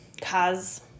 cause